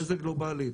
איזה גלובלית.